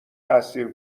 تاثیر